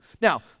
Now